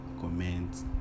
comment